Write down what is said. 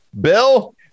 Bill